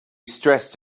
stressed